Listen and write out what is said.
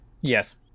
Yes